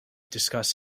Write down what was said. discuss